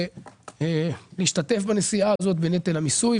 הוא אמור להשתתף בנטל המיסוי,